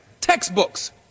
textbooks